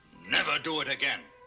never do it again.